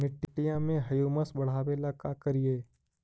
मिट्टियां में ह्यूमस बढ़ाबेला का करिए?